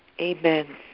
Amen